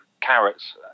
carrots